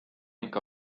ikka